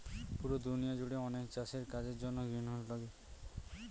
পুরো দুনিয়া জুড়ে অনেক চাষের কাজের জন্য গ্রিনহাউস লাগে